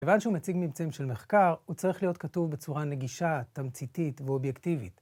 כיוון שהוא מציג ממצאים של מחקר, הוא צריך להיות כתוב בצורה נגישה, תמציתית ואובייקטיבית.